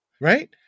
Right